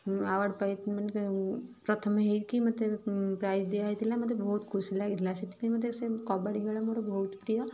award ପାଇକି ପ୍ରଥମ ହେଇକି ମୋତେ ପ୍ରାଇଜ୍ ଦିଆ ହେଇଥିଲା ମୋତେ ବହୁତ ଖୁସି ଲାଗିଥିଲା ସେଥିପାଇଁ ମୋତେ ସେ କବାଡ଼ି ଖେଳ ମୋର ବହୁତ ପ୍ରିୟ